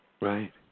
Right